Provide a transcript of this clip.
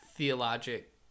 Theologic